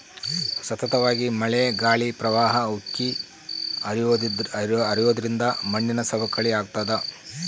ಸತತವಾಗಿ ಮಳೆ ಗಾಳಿ ಪ್ರವಾಹ ಉಕ್ಕಿ ಹರಿಯೋದ್ರಿಂದ ಮಣ್ಣಿನ ಸವಕಳಿ ಆಗ್ತಾದ